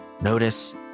Notice